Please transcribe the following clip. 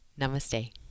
Namaste